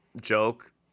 joke